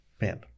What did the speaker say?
man